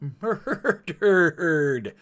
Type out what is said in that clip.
murdered